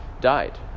died